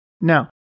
Now